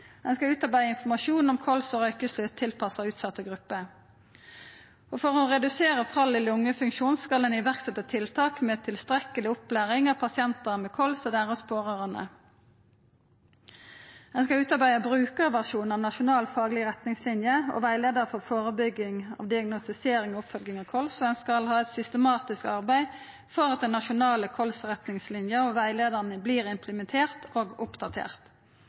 informasjon om kols og røykeslutt tilpassa utsette grupper. For å redusera fall i lungefunksjon skal ein setja i verk tiltak med tilstrekkeleg opplæring av pasientar med kols og deira pårørande. Ein skal utarbeida brukarversjonar av Nasjonal faglig retningslinje og veileder for forebygging, diagnostisering og oppfølging av personer med kols. Ein skal systematisk arbeida for at den nasjonale kols-retningslinja og rettleiinga vert implementerte og